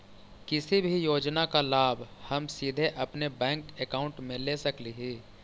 किसी भी योजना का लाभ हम सीधे अपने बैंक अकाउंट में ले सकली ही?